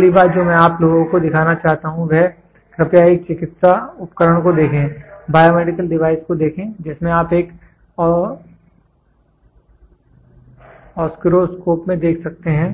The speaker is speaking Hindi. अगली बात जो मैं आप लोगों को दिखाना चाहता हूं वह कृपया एक चिकित्सा उपकरण को देखें बायोमेडिकल डिवाइस को देखें जिसमें आप एक ओस्सिलोस्कोप में देख सकते हैं